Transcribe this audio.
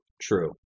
true